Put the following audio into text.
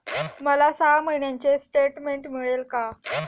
मला सहा महिन्यांचे स्टेटमेंट मिळेल का?